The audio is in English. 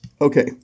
Okay